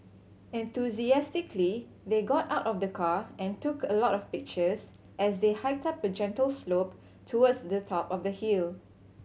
enthusiastically they got out of the car and took a lot of pictures as they hiked up a gentle slope towards the top of the hill